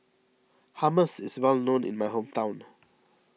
Hummus is well known in my hometown